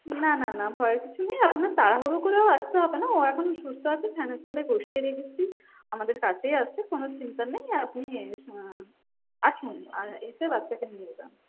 না না না ভয়ের কিছু নেই আপনার তাড়াহুড়ো করেও আসতে হবে না ও এখন সুস্থ আছে ফ্যানের তলায় বসিয়ে রেখেছি আমাদের কাছেই আছে কোনো চিন্তা নেই আপনি আসুন আর এসে বাচ্চাকে নিয়ে যান